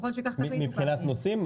ככל שכך נבין --- מבחינת נושאים,